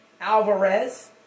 Alvarez